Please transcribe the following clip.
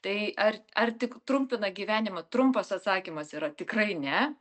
tai ar ar tik trumpina gyvenimą trumpas atsakymas yra tikrai ne